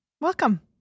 Welcome